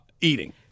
Eating